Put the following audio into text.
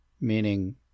meaning